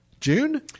June